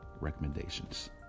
recommendations